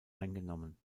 eingenommen